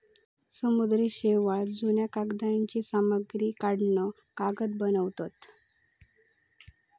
समुद्री शेवाळ, जुन्या कागदांची सामग्री काढान कागद बनवतत